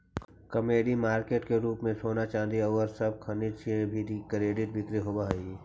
commodity market के रूप में सोना चांदी औउर सब खनिज के भी कर्रिड बिक्री होवऽ हई